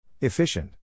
Efficient